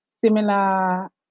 similar